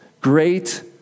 great